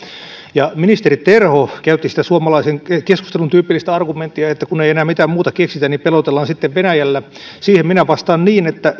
ministeri terho käytti sitä suomalaisen keskustelun tyypillistä argumenttia että kun ei enää mitään muuta keksitä niin pelotellaan sitten venäjällä siihen minä vastaan niin että